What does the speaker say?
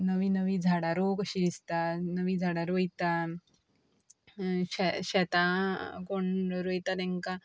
नवी नवी झाडां रोव कशी दिसता नवी झाडां रोयता शे शेतां कोण रोयता तेंकां